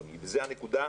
אדוני היושב-ראש,